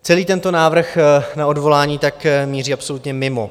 Celý tento návrh na odvolání tak míří absolutně mimo.